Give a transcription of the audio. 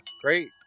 great